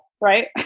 right